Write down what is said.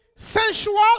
sensual